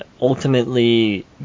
ultimately